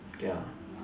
ya